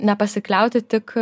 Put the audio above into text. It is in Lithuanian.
nepasikliauti tik